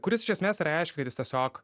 kuris iš esmės reiškia kad jis tiesiog